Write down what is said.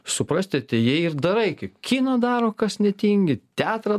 suprasti atėjai ir darai kaip kiną daro kas netingi teatrą